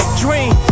dream